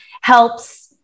helps